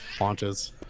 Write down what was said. launches